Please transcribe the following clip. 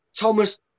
Thomas